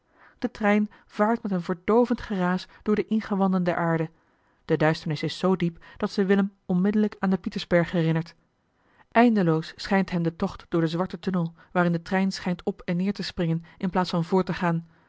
de trein vaart met een verdoovend geraas door de ingewanden der aarde de duisternis is zoo diep dat ze willem onmiddellijk aan den pietersberg herinnert eindeloos schijnt hem de tocht door den zwarten tunnel waarin de trein schijnt op en neer te springen in plaats van voort te gaan